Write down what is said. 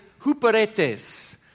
huperetes